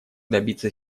добиться